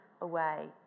away